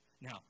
Now